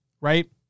Right